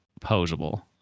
poseable